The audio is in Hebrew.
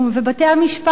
ובתי-המשפט נענו.